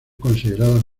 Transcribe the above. consideradas